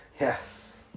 Yes